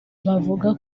bavuga